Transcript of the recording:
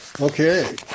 Okay